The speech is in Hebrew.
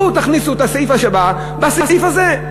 בואו תכניסו את הסעיף הבא בסעיף הזה.